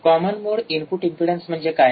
common mode input impedance म्हणजे काय